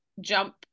jump